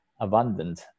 abundant